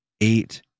eight